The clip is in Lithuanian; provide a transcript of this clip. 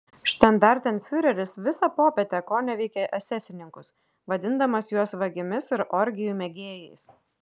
štandartenfiureris visą popietę koneveikė esesininkus vadindamas juos vagimis ir orgijų mėgėjais